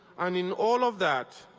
and in all of that,